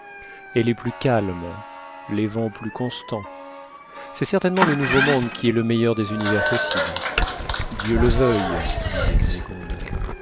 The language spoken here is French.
elle est plus calme les vents plus constants c'est certainement le nouveau-monde qui est le meilleur des univers possibles dieu le veuille disait